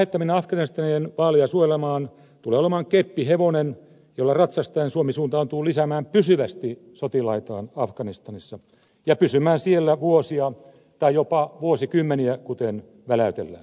suomalaissotilaiden lähettäminen afganistaniin vaaleja suojelemaan tulee olemaan keppihevonen jolla ratsastaen suomi suuntautuu lisäämään pysyvästi sotilaitaan afganistanissa ja pysymään siellä vuosia tai jopa vuosikymmeniä kuten väläytellään